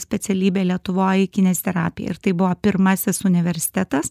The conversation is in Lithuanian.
specialybė lietuvoj kineziterapija ir tai buvo pirmasis universitetas